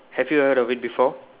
have you heard of it before